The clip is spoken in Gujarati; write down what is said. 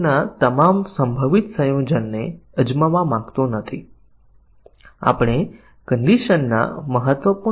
તેથી ફક્ત અંકોનો ઉપયોગ કરીને સાચા અને ખોટા મૂલ્યોનો ઉપયોગ કરવો જ્યારે digit high ખોટું હોય ત્યારે ફક્ત digit low ને સાચા અને ખોટા ત્યારે સેટ કરી ને આપણે આ પ્રાપ્ત કરી શકીએ